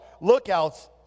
lookouts